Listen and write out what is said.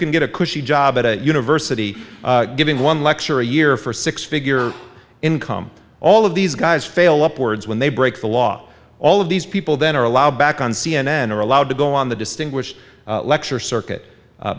can get a cushy job at a university giving one lecture a year for a six figure income all of these guys fail upwards when they break the law all of these people then are allowed back on c n n or allowed to go on the distinguished lecture circuit